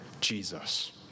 Jesus